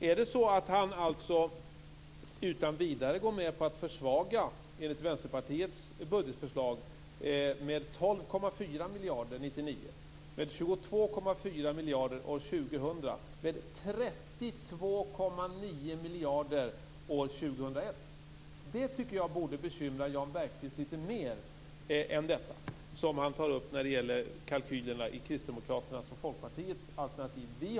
Är det så att han utan vidare går med på en försvagning i enlighet med Vänsterpartiets budgetförslag med 12,4 miljarder år 1999, med 22,4 miljarder år 2000 och med 32,9 miljarder år 2001? Det borde bekymra Jan Bergqvist litet mer än kalkylerna i kristdemokraternas och Folkpartiets alternativ.